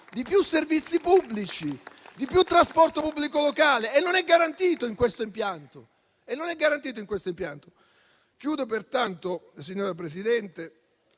di più servizi pubblici, di più trasporto pubblico locale e tutto ciò non è garantito in questo impianto. Pertanto, signora Presidente,